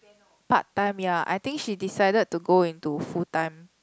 part time ya I think she decided to go into full time